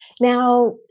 Now